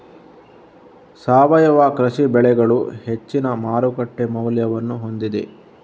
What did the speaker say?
ಸಾವಯವ ಕೃಷಿ ಬೆಳೆಗಳು ಹೆಚ್ಚಿನ ಮಾರುಕಟ್ಟೆ ಮೌಲ್ಯವನ್ನು ಹೊಂದಿದೆ